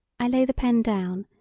i lay the pen down,